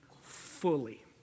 fully